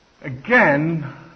Again